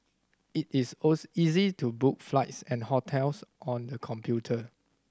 it is easy to book flights and hotels on the computer